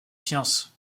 sciences